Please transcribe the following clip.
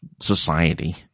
society